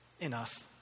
Enough